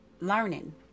learning